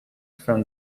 from